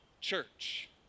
church